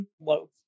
Loaf